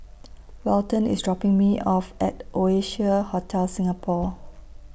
Walton IS dropping Me off At Oasia Hotel Singapore